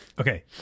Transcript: Okay